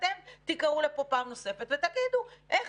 ואתם תיקראו לפה פעם נוספת ותגידו איך